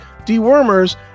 dewormers